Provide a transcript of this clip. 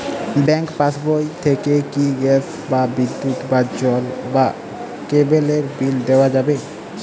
Bank পাশবই থেকে কি গ্যাস বা বিদ্যুৎ বা জল বা কেবেলর বিল দেওয়া যাবে?